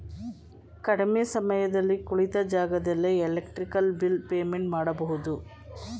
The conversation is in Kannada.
ಕಡಿಮೆ ಸಮಯದಲ್ಲಿ ಕುಳಿತ ಜಾಗದಲ್ಲೇ ಎಲೆಕ್ಟ್ರಿಕ್ ಬಿಲ್ ಪೇಮೆಂಟ್ ಮಾಡಬಹುದು